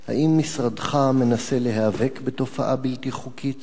2. האם משרדך מנסה להיאבק בתופעה בלתי חוקית זו?